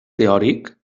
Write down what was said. teòric